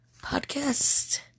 podcast